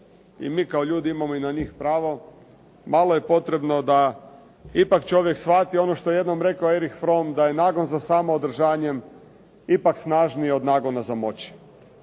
I mi kao ljudi imamo na njih pravo. Malo je potrebno da ipak čovjek shvati ono što je jednom rekao Erich Fromm da je nagon za samoodržanjem ipak snažniji od nagona za moći.